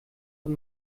von